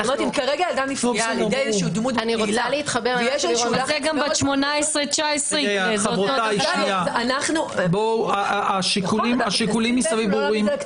זה גם בת 18, 19. השיקולים מסביב ברורים.